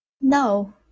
No